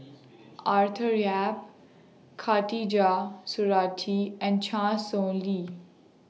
Arthur Yap Khatijah Surattee and Chan Sow Lin